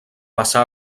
passà